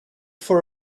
for